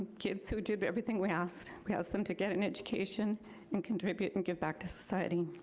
kids who did but everything we asked. we asked them to get an education and contribute and give back to society.